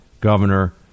governor